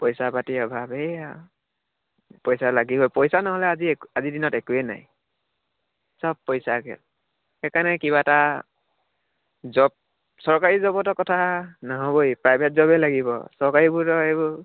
পইচা পাতিৰ অভাৱ এইয়া পইচা লাগিবই পইচা নহ'লে আজি আজিৰ দিনত একোৱেই নাই চব পইচাৰ খেল সেইটো কাৰণে কিবা এটা জব চৰকাৰী জবতো কথা নহ'বয়েই প্ৰাইভেট জবেই লাগিব চৰকাৰীবোৰতো এইবোৰ